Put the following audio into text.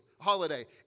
holiday